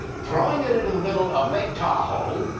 throwing it into the middle of lake tahoe,